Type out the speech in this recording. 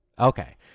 Okay